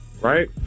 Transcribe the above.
right